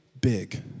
big